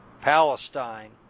Palestine